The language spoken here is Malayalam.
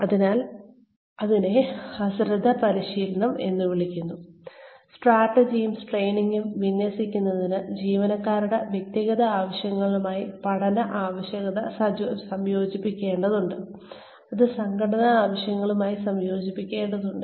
അതിനാൽ അതിനെ അശ്രദ്ധ പരിശീലനം എന്ന് വിളിക്കുന്നു സ്ട്രാറ്റജിയും ട്രെയിനിങ്ങും വിന്യസിക്കുന്നതിന് ജീവനക്കാരുടെ വ്യക്തിഗത ആവശ്യങ്ങളുമായി പഠന ആവശ്യകത സംയോജിപ്പിക്കേണ്ടതുണ്ട് അത് സംഘടനാ ആവശ്യങ്ങളുമായി സംയോജിപ്പിക്കേണ്ടതുണ്ട്